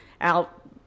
out